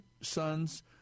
sons